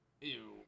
Ew